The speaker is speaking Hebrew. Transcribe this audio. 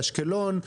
באשקלון,